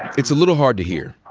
it's a little hard to hear.